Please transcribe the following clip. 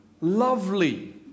lovely